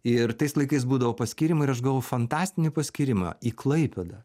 ir tais laikais būdavo paskyrimai ir aš gavau fantastinį paskyrimą į klaipėdą